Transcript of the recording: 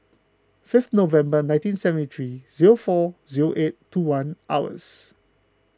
five November nineteen seventy three zero four zero eight two one hours